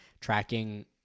tracking